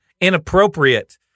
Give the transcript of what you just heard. inappropriate